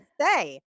say